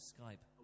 Skype